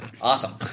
Awesome